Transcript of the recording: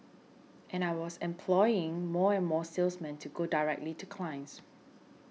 and I was employing more and more salesmen to go directly to clients